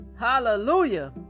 hallelujah